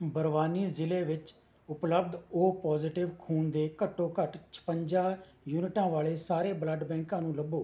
ਬਰਵਾਨੀ ਜ਼ਿਲ੍ਹੇ ਵਿੱਚ ਉਪਲਬਧ ਓ ਪੋਜ਼ੀਟਿਵ ਖੂਨ ਦੇ ਘੱਟੋ ਘੱਟ ਛਪੰਜਾ ਯੂਨਿਟਾਂ ਵਾਲੇ ਸਾਰੇ ਬਲੱਡ ਬੈਂਕਾਂ ਨੂੰ ਲੱਭੋ